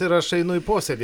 ir aš einu į posėdį